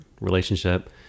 relationship